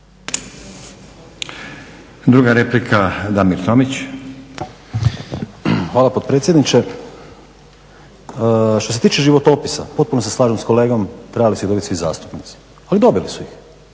**Tomić, Damir (SDP)** Hvala potpredsjedniče. Što se tiče životopisa potpuno se slažem sa kolegom trebali su dobiti svi zastupnici, ali dobili su ih.